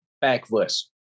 backwards